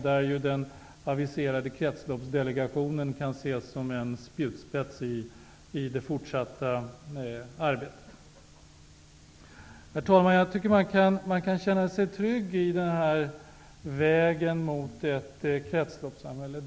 Där kan den aviserade kretsloppsdelegationen ses såsom en spjutspets i det fortsatta arbetet. Herr talman! Jag tycker att man kan känna sig trygg på vägen mot ett kretsloppssamhälle.